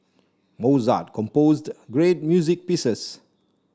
Mozart composed great music pieces